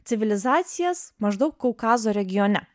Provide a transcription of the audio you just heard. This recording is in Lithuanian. civilizacijas maždaug kaukazo regione